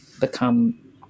become